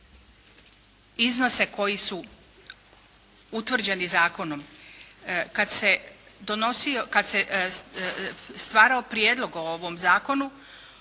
iznose koji su utvrđeni zakonom. Kad se stvarao prijedlog o ovom zakonu,